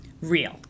real